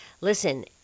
listen